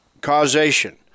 causation